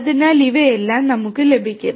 അതിനാൽ ഇവയെല്ലാം നമുക്ക് ലഭിക്കും